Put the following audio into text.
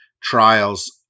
trials